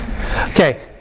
Okay